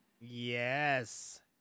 Yes